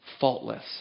faultless